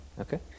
Okay